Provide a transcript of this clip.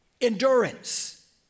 endurance